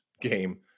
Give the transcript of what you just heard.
game